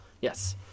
Yes